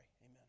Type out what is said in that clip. Amen